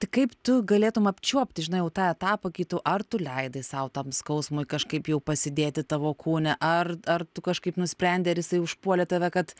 tai kaip tu galėtum apčiuopti žinai jau tą etapą kai tu ar tu leidai sau tam skausmui kažkaip jau pasidėti tavo kūne ar ar tu kažkaip nusprendei ar jisai užpuolė tave kad